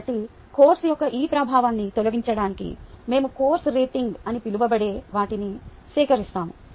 కాబట్టి కోర్సు యొక్క ఈ ప్రభావాన్ని తొలగించడానికి మేము కోర్సు రేటింగ్ అని పిలువబడే వాటిని సేకరిస్తాము